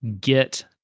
get